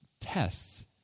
tests